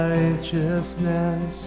righteousness